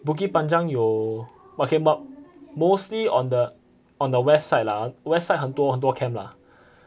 bukit panjang 有 mostly on the on the west side lah west side 很多很多 camp lah